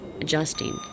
Adjusting